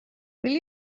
will